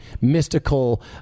mystical